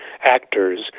actors